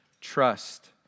trust